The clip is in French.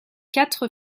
quatre